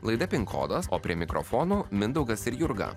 laida pin kodas o prie mikrofono mindaugas ir jurga